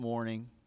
morning